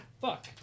fuck